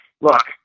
look